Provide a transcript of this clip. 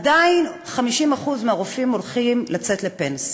עדיין 50% מהרופאים הולכים לצאת לפנסיה,